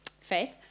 faith